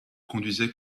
conduisait